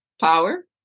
power